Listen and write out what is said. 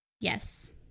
Yes